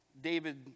David